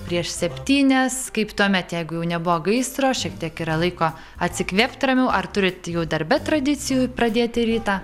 prieš septynias kaip tuomet jeigu jau nebuvo gaisro šiek tiek yra laiko atsikvėpt ramiau ar turit jau darbe tradicijų pradėti rytą